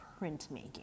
printmaking